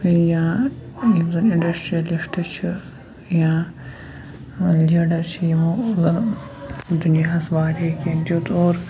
یا یِم زَن اِنڈَسٹِرٛیَلسِلٹ چھِ یا یِم لیٖڈَر چھِ یِمو زَن دُنیاہَس واریاہ کینٛہہ دیُٚت اور